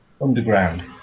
underground